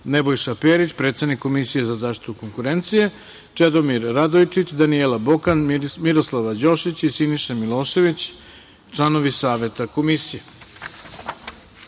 Nebojša Perić, predsednik Komisije za zaštitu konkurencije, Čedomir Radojčić, Danijela Bokan, Miroslava Đošić i Siniša Milošević, članovi Saveta Komisije. Pre